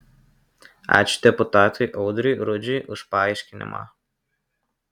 ačiū deputatui audriui rudžiui už paaiškinimą